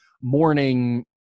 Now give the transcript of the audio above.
morning